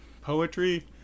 poetry